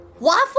Waffle